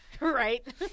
Right